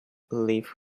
leave